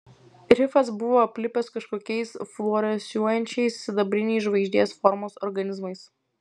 rifas buvo aplipęs kažkokiais fluorescuojančiais sidabriniais žvaigždės formos organizmais